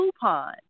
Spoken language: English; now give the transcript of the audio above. coupon